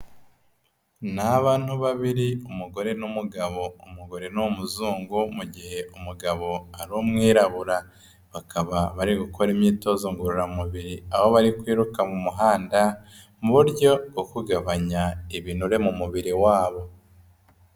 Ni abantu babiri umugore n'umugabo, umugore ni umuzungu mu gihe umugabo ari umwirabura, bakaba bari gukora imyitozo ngororamubiri aho bari kwiruka mu muhanda mu buryo bwo kugabanya ibinure mu mubiri wabo.